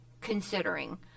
considering